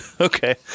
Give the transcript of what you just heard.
Okay